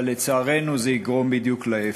אבל לצערנו זה יגרום בדיוק להפך.